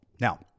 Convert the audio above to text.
now